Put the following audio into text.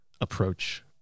approach